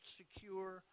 secure